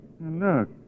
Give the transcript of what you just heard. look